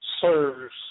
serves